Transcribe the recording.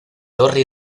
torre